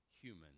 human